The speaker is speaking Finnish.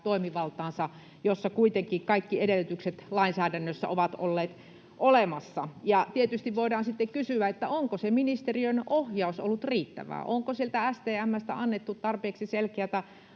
toimivaltaansa, johon kuitenkin kaikki edellytykset lainsäädännössä ovat olleet olemassa. Ja tietysti voidaan sitten kysyä, onko ministeriön ohjaus ollut riittävää, onko STM:stä annettu tarpeeksi selkeätä